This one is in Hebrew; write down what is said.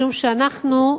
משום שאנחנו,